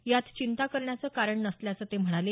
यात चिंता करण्याचं कारण नसल्याचं ते म्हणाले